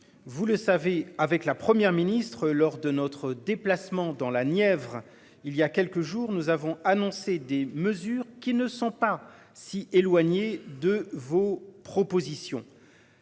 Vous le savez avec la Première ministre lors de notre déplacement dans la Nièvre. Il y a quelques jours nous avons annoncé des mesures qui ne sont pas si éloignés de vos propositions.